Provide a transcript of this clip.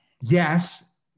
Yes